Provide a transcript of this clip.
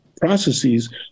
processes